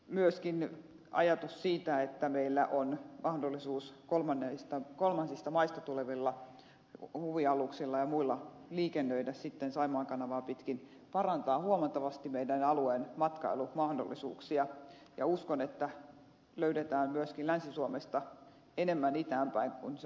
myös ajatus siitä että meillä on mahdollisuus kolmansista maista tulevilla huvialuksilla ja muilla liikennöidä sitten saimaan kanavaa pitkin parantaa huomattavasti meidän alueen matkailumahdollisuuksia ja uskon että löydetään myös länsi suomesta enemmän itään päin kun on mahdollista liikkua siellä puolella